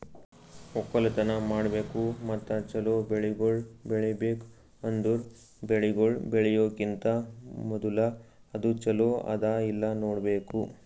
ಒಕ್ಕಲತನ ಮಾಡ್ಬೇಕು ಮತ್ತ ಚಲೋ ಬೆಳಿಗೊಳ್ ಬೆಳಿಬೇಕ್ ಅಂದುರ್ ಬೆಳಿಗೊಳ್ ಬೆಳಿಯೋಕಿಂತಾ ಮೂದುಲ ಅದು ಚಲೋ ಅದಾ ಇಲ್ಲಾ ನೋಡ್ಬೇಕು